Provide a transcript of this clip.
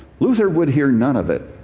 luther would hear none of it.